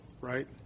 right